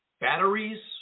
batteries